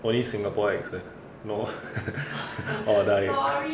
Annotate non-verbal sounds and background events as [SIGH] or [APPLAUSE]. only singapore accent no [LAUGHS] or die